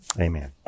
Amen